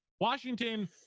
Washington